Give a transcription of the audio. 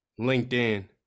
LinkedIn